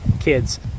kids